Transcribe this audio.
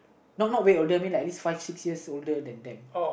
no not way older I mean like at least five six years older than them